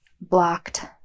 Blocked